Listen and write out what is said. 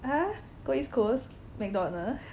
!huh! go East Coast McDonald